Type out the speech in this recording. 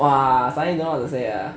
!wah! suddenly don't know what to say ah